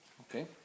Okay